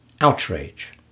outrage